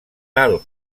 tal